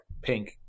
Pink